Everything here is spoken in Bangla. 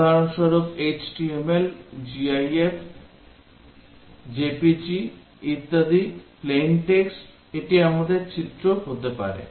উদাহরণস্বরূপ HTML GIF JPEG ইত্যাদি Plain text এটি আমাদের চিত্র হতে পারে